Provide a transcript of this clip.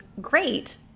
great